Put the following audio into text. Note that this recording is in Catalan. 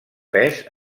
pes